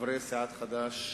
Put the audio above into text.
חברי סיעת חד"ש,